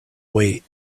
wait